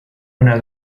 una